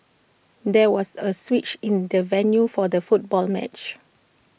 there was A switch in the venue for the football match